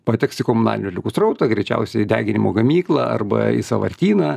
pateks į komunalinių atliekų srautą greičiausiai deginimo gamyklą arba į sąvartyną